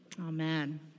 Amen